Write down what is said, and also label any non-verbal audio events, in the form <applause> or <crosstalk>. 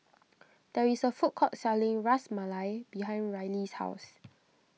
<noise> there is a food court selling Ras Malai behind Rylee's house